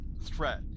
threat